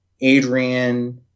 Adrian